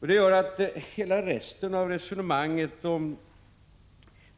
Detta gör att hela resten av resonemanget om